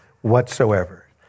whatsoever